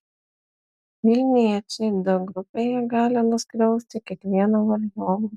vilniečiai d grupėje gali nuskriausti kiekvieną varžovą